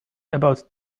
about